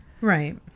right